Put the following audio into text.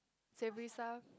savory stuff